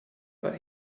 but